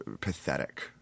pathetic